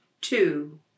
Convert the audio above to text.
two